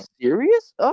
serious